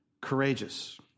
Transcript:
courageous